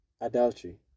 adultery